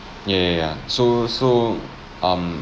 ya ya ya so so um